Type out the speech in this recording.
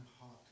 heart